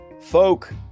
folk